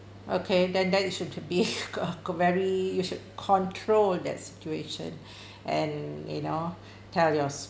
okay then that you should to be a very you should control that situation and you know tell sp~